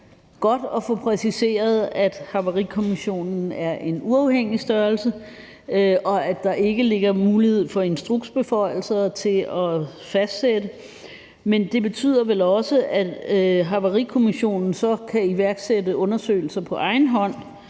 godt at få præciseret, at Havarikommissionen er en uafhængig størrelse, og at der ikke ligger nogen mulighed for instruksbeføjelser til at fastsætte det. Men det betyder vel også, at Havarikommissionen så kan iværksætte undersøgelser på egen hånd,